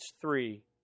three